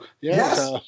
yes